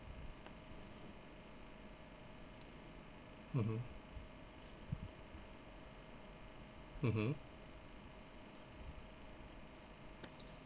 mmhmm mmhmm